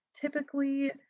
typically